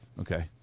Okay